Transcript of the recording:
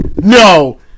No